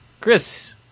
Chris